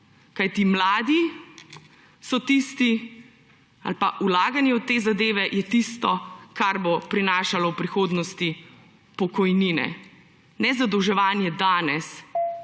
kajti mladi so tisti ali pa vlaganje v te zadeve je tisto, kar bo prinašalo v prihodnosti pokojnine. Ne zadolževanje danes,